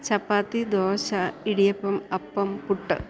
ചപ്പാത്തി dosa idiyappam appam puttu